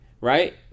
right